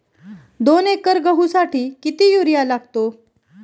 दोन एकर गहूसाठी किती युरिया लागतो?